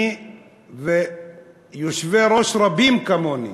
אני ויושבי-ראש רבים כמוני